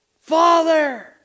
Father